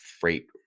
freight